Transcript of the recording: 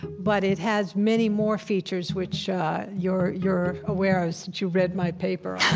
but it has many more features, which you're you're aware of, since you read my paper